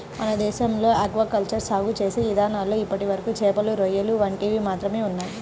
మన దేశంలో aquaculture సాగు చేసే ఇదానాల్లో ఇప్పటివరకు చేపలు, రొయ్యలు వంటివి మాత్రమే ఉన్నయ్